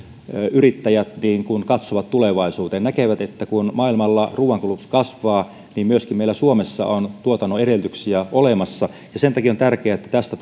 yrittäjät kun katsovat tulevaisuuteen näkevät että kun maailmalla ruuankulutus kasvaa niin myöskin meillä suomessa on tuotannon edellytyksiä olemassa sen takia on tärkeää että tästä